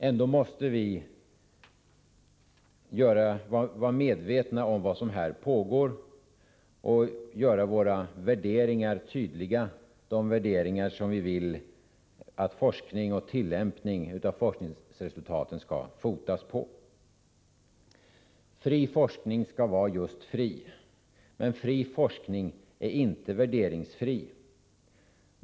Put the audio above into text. Ändå måste vi vara medvetna om vad som här pågår och göra de värderingar tydliga som vi vill att forskning och tillämpning av forskningsresultaten skall fotas på. Fri forskning skall vara just fri. Men fri forskning är inte värderingsfri.